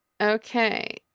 Okay